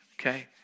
Okay